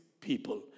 people